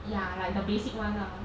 ya like the basic one lah